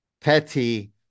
petty